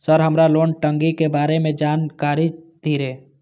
Sir हमरा loan टंगी के बारे में जान कारी धीरे?